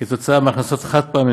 מהכנסות חד-פעמיות,